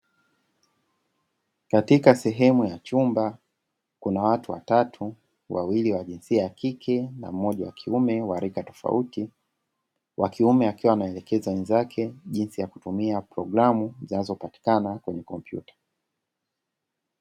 Katika sehemu ya chumba kuna watu watatu, wawili wa jinsia ya kike na mmoja wa kiume wa rika tofauti, wa kiume akiwa anaelekeza wenzake jinsi ya kutumia programu zinazopatikana kwenye kompyuta.